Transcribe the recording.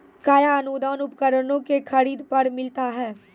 कया अनुदान उपकरणों के खरीद पर मिलता है?